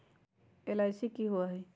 LIC की होअ हई?